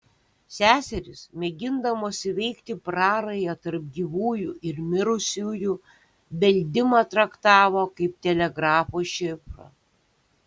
seserys mėgindamos įveikti prarają tarp gyvųjų ir mirusiųjų beldimą traktavo kaip telegrafo šifrą